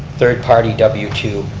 third party w two,